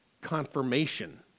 confirmation